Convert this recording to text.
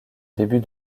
début